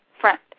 front